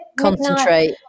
concentrate